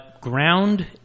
ground